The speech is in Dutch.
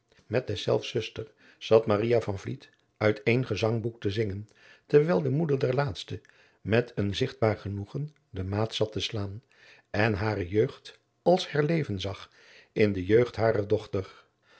met deszelfs zuster zat maria van vliet uit één gezangboek te zingen terwijl de moeder der laatste met een zigtbaar genoegen de maat zat te slaan en hare jeugd als herleven zag in de jeugd harer dochter